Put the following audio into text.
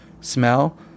smell